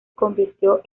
convirtió